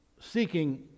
seeking